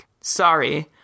sorry